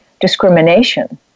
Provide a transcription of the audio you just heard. discrimination